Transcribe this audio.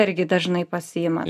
irgi dažnai pasiimat